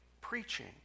preaching